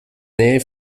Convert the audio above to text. nähe